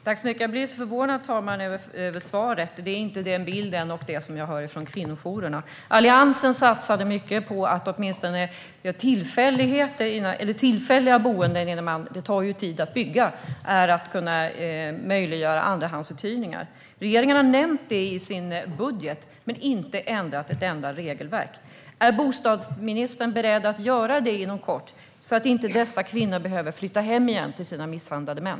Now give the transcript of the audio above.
Herr talman! Jag blir förvånad över svaret. Det är inte den bild jag får från kvinnojourerna. Alliansen satsade mycket på att få fram åtminstone tillfälliga boenden - det tar ju tid att bygga - genom att möjliggöra andrahandsuthyrning. Regeringen har nämnt andrahandsuthyrning i sin budget men inte ändrat ett enda regelverk. Är bostadsministern beredd att göra det inom kort så att inte dessa kvinnor behöver flytta hem igen till sina misshandlande män?